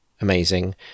amazing